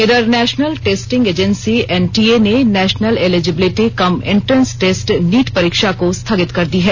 इधर national testing agency NTA ने national eligibility cum entrance test NEET परीक्षा को स्थगित कर दी है